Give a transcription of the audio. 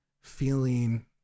feeling